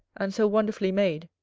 and so wonderfully made,